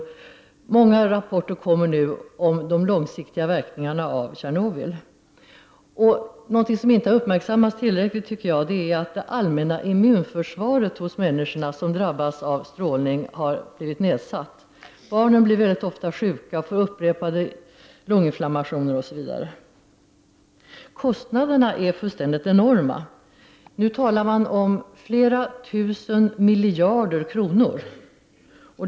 Det kommer nu många rapporter om de långsiktiga verkningarna av Tjernobylolyckan. Något som enligt min mening inte har uppmärksammats tillräckligt är att det allmänna immunförsvaret hos de människor som drabbats av strålning har blivit nedsatt. Barnen blir mycket ofta sjuka, de får upprepade lunginflammationer osv. Kostnaderna är fullständigt enorma. Nu talar man om flera tusen miljarder kronor.